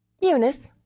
Eunice